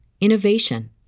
innovation